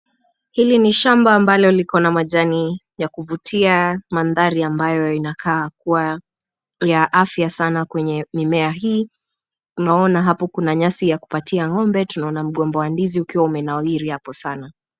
Hili ni shamba ambalo likona majani ya kuvutia mandhari ambayo inakaa kua ya afya sana kwenye mimea hii. Tunaona hapo kuna nyasi ya kupatia ng'ombe, tunaona mgomba wa ndizi ukiwa umenawiri hapo sana.